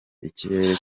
ikirere